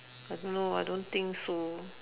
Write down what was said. I don't know I don't think so